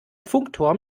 funkturm